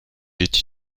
est